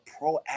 proactive